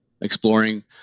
exploring